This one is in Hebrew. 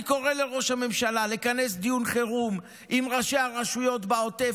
אני קורא לראש הממשלה לכנס דיון חירום עם ראשי הרשויות בעוטף,